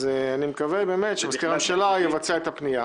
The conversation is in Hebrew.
אני מקווה שמזכיר הממשלה יבצע את הפנייה